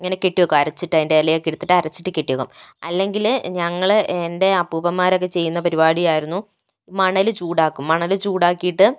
ഇങ്ങനെ കെട്ടിവെക്കും അരച്ചിട്ട് അതിൻ്റെ ഇലയൊക്കെ എടുത്തിട്ട് കെട്ടിവെക്കും അല്ലെങ്കില് ഞങ്ങള് എൻ്റെ അപ്പുപ്പന്മാരൊക്കെ ചെയ്യുന്ന പരിപാടിയായിരുന്നു മണല് ചൂടാക്കും മണല് ചൂടാക്കിയിട്ട്